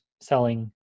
selling